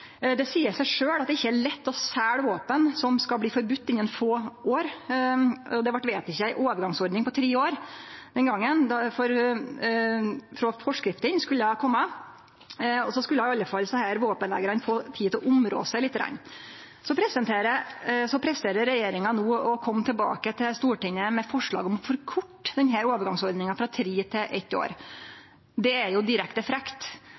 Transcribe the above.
Det seier seg sjølv at det ikkje er lett å selje våpen som blir forbodne om få år. Det vart den gongen vedteke ei overgangsordning på tre år frå forskrifta skulle kome, slik at desse våpeneigarane i alle fall skulle få litt tid til å områ seg lite grann. Regjeringa presterer no å kome tilbake til Stortinget med forslag om å forkorte denne overgangsordninga frå tre til eitt år. Det er direkte frekt.